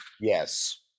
Yes